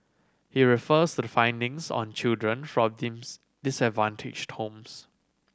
he refers to the findings on children fourteens disadvantaged homes